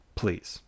please